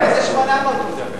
על איזה 800 הוא מדבר?